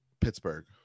Pittsburgh